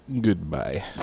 Goodbye